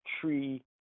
tree